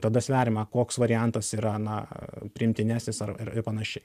tada sveriama koks variantas yra na priimtinesnis ar panašiai